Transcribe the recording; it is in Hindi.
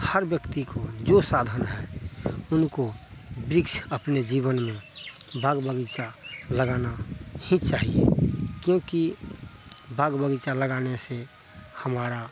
हर व्यक्ति को जो साधन है उनको वृक्ष अपने जीवन में बाग बगीचा लगाना ही चाहिए क्योंकि बाग बगीचा लगाने से हमारा